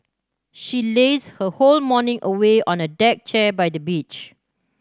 she lazed her whole morning away on a deck chair by the beach